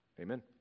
Amen